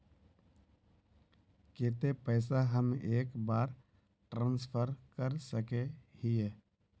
केते पैसा हम एक बार ट्रांसफर कर सके हीये?